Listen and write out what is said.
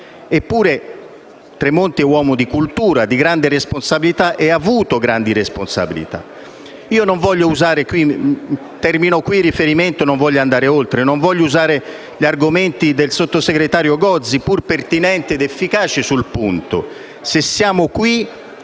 Eppure, Tremonti è uomo di cultura e di grande responsabilità, che ha avuto grandi responsabilità. Io non voglio usare qui gli argomenti del sottosegretario Gozi, pur pertinenti ed efficaci sul punto. Ma, se siamo qui,